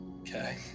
Okay